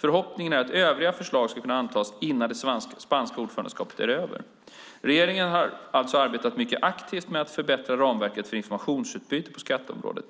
Förhoppningen är att övriga förslag ska kunna antas innan det spanska ordförandeskapet är över. Regeringen har alltså arbetat mycket aktivt med att förbättra ramverket för informationsutbyte på skatteområdet.